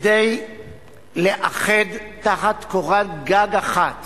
כדי לאחד תחת קורת גג אחת